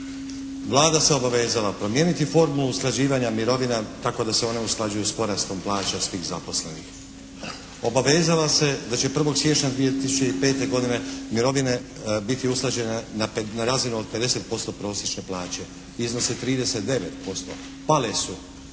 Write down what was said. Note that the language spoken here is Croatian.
Vlada se obavezala promijeniti formu usklađivanja mirovina tako da se one usklađuju s porastom plaća svih zaposlenih. Obavezala se da će 1. siječnja 2005. mirovine biti usklađene na razinu od 50% prosječne plaće. Iznose 39%, pale su.